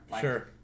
Sure